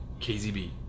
KZB